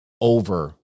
over